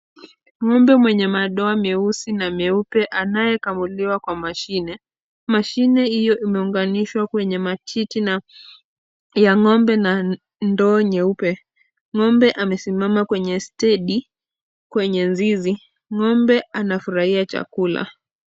Ng'ombe mwenye madoa meusi na meupe anayekamuliwa kwa mashine, mashine hiyo imeunganishwa kwenye matiti ya ng'ombe na ndoo nyeupe. Ng'ombe amesimama kwenye stedi kwenye zizi, ng'ombe anafurahia chakula.